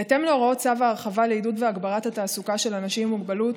בהתאם להוראות צו ההרחבה לעידוד והגברת התעסוקה של אנשים עם מוגבלות,